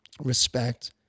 respect